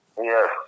Yes